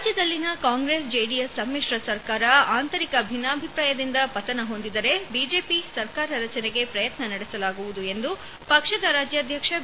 ರಾಜ್ಯದಲ್ಲಿನ ಕಾಂಗ್ರೆಸ್ ಜೆಡಿಎಸ್ ಸಮ್ಮಿಶ್ರ ಸರ್ಕಾರ ಆಂತರಿಕ ಭಿನ್ನಾಭಿಪ್ರಾಯದಿಂದ ಪತನ ಹೊಂದಿದರೆ ಬಿಜೆಪಿ ಸರ್ಕಾರ ರಚನೆಗೆ ಪ್ರಯತ್ನ ನಡೆಸಲಾಗುವುದು ಎಂದು ಪಕ್ಷದ ರಾಜ್ಯಾಧ್ಯಕ್ಷ ಬಿ